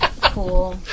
Cool